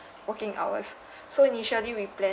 working hours so initially we planed